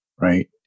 right